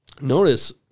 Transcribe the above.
notice